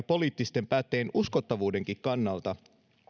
poliittisten päättäjien uskottavuudenkin kannalta